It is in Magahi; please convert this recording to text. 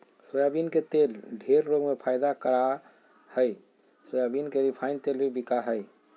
सोयाबीन के तेल ढेर रोग में फायदा करा हइ सोयाबीन के रिफाइन तेल भी बिका हइ